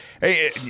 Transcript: hey